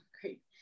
Great